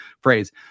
phrase